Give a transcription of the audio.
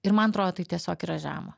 ir man atrodo tai tiesiog yra žema